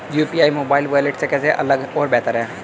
UPI mobile wallet से कैसे अलग और बेहतर है?